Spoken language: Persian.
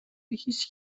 هیچ